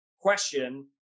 question